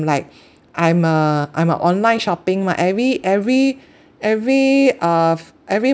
like I'm uh I'm uh online shopping mah every every every of every